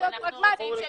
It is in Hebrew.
צריכים להיות פרגמטיים.